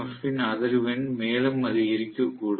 F இன் அதிர்வெண் மேலும் அதிகரிக்கக்கூடும்